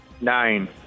Nine